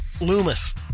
Loomis